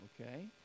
okay